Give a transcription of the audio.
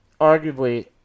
arguably